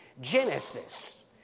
Genesis